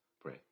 pray